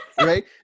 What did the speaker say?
Right